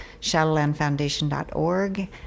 shadowlandfoundation.org